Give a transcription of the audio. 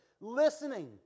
listening